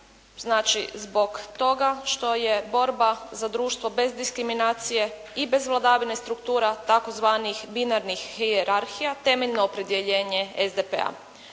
znači zbog toga što je borba za društvo bez diskriminacije i bez vladavine struktura tzv. binarnih hijerarhija temeljno opredjeljenje SDP-a.